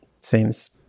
Seems